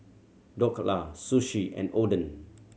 Dhokla Sushi and Oden